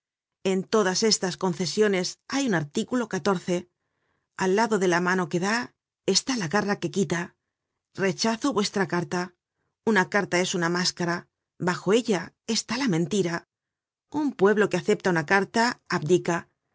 en todas estas concesiones hay un artículo al lado de la mano que da está la garra que quita rechazo vuestra carta una carta es una máscara bajo ella está la mentira un pueblo que acepta una carta abdica